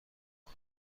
مهم